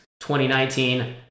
2019